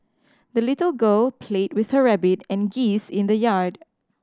the little girl played with her rabbit and geese in the yard